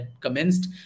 commenced